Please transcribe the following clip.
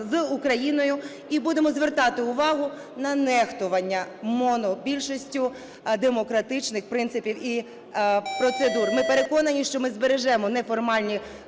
з Україною і будемо звертати увагу на нехтування монобільшістю демократичних принципів і процедур. Ми переконані, що ми збережемо неформальні